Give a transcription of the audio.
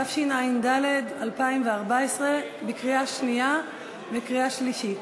התשע"ד 2014, קריאה שנייה וקריאה שלישית.